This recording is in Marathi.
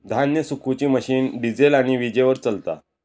धान्य सुखवुची मशीन डिझेल आणि वीजेवर चलता